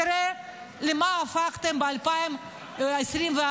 תראה למה הפכתם ב-2024.